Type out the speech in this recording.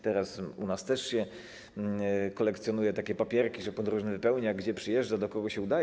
Teraz u nas też się kolekcjonuje takie papierki, że podróżny wypełnia, gdzie przyjeżdża, do kogo się udaje.